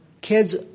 kids